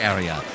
Area